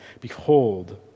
Behold